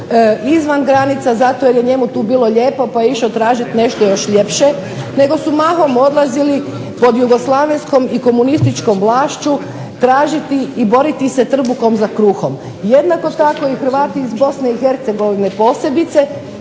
izvan granica zato jer je njemu tu bilo lijepo pa je išao tražiti nešto još ljepše nego su mahom odlazili pod jugoslavenskom i komunističkom vlašću tražiti i boriti se trbuhom za kruhom. Jednako tako i Hrvati iz BiH posebice